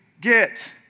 get